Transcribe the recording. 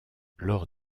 lors